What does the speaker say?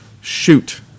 Shoot